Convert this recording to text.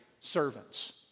servants